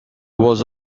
was